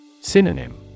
Synonym